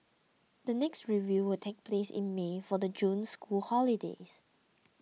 the next review will take place in May for the June school holidays